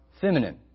feminine